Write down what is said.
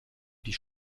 die